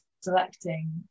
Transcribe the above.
selecting